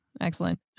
excellent